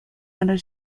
order